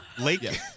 lake